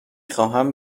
خواهم